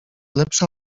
lepsza